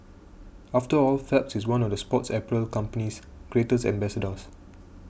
after all Phelps is one of the sports apparel company's greatest ambassadors